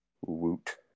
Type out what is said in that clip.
Woot